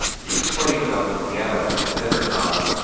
he explained about the piano at dinner-time.